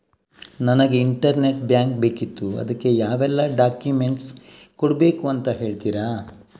ನನಗೆ internet bank ಬೇಕಿತ್ತು ಅದಕ್ಕೆ ಯಾವೆಲ್ಲಾ ಡಾಕ್ಯುಮೆಂಟ್ಸ್ ಕೊಡ್ಬೇಕು ಅಂತ ಹೇಳ್ತಿರಾ?